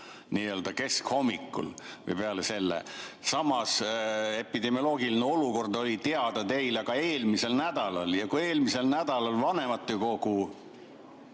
esmaspäeva keskhommikul või pärast seda. Samas, epidemioloogiline olukord oli teada teile ka eelmisel nädalal. Eelmisel nädalal vanematekogu